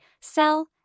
sell